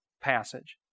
passage